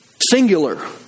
singular